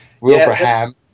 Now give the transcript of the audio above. Wilbraham